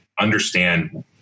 understand